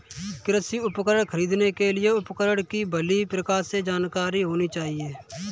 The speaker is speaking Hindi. कृषि उपकरण खरीदने के लिए उपकरण की भली प्रकार से जानकारी होनी चाहिए